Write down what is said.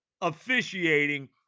officiating